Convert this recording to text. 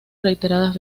reiteradas